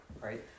Right